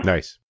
Nice